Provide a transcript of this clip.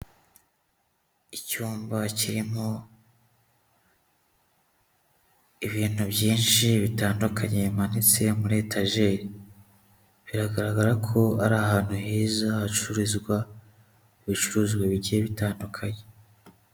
Icyumba kirimo ibintu byinshi bitandukanye bimanitse muri etajeri, biragaragara ko ari ahantu heza hacururizwa ibicuruzwa bigiye bitandukanye.